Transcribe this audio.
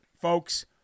folks